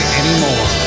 anymore